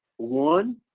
one?